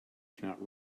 cannot